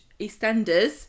EastEnders